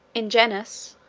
ingenuus,